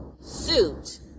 suit